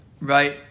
right